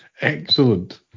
Excellent